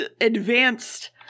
advanced